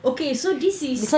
okay so this is